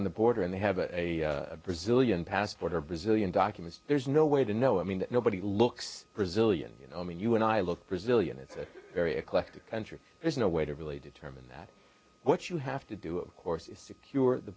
on the border and they have a brazilian passport or brazilian documents there's no way to know i mean nobody looks privilege and you know i mean you and i look brazilian it's a very eclectic country there's no way to really determine that what you have to do of course is secure